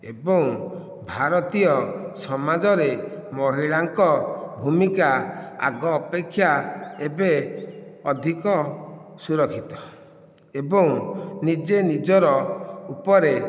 ଏବଂ ଭାରତୀୟ ସମାଜରେ ମହିଳାଙ୍କ ଭୂମିକା ଆଗ ଅପେକ୍ଷା ଏବେ ଅଧିକ ସୁରକ୍ଷିତ ଏବଂ ନିଜେ ନିଜର ଉପରେ